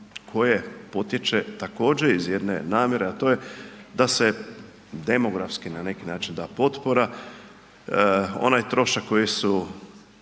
koje potječe također iz jedne namjere, a to je da se demografski, na neki način da potpora. Onaj trošak koji su